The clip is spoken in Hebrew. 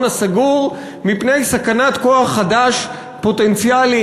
הסגור מפני סכנת כוח חדש פוטנציאלי,